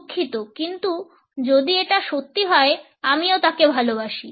দুঃখিত কিন্তু যদি এটা সত্যি হয় আমিও তাকে ভালোবাসি